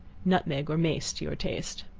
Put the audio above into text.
nutmeg or mace to your taste.